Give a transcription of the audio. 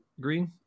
Green